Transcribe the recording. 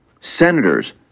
Senators